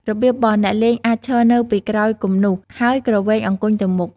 របៀបបោះ អ្នកលេងអាចឈរនៅពីក្រោយគំនូស ហើយគ្រវែងអង្គញ់ទៅមុខ។